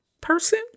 person